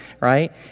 right